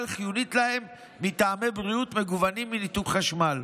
חיונית להם מטעמי בריאות מוגנים מניתוק חשמל.